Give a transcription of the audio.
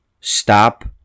stop